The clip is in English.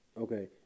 okay